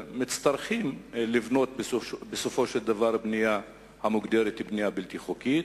צריכים בסופו של דבר לבנות בנייה המוגדרת בלתי חוקית,